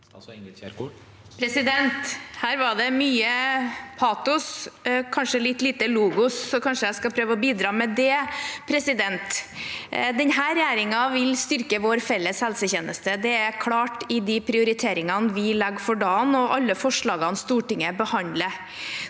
Her var det mye patos og kanskje litt lite logos, så kanskje jeg skal prøve å bidra med det. Denne regjeringen vil styrke vår felles helsetjeneste. Det er klart i de prioriteringene vi legger for dagen, og alle forslagene Stortinget behandler.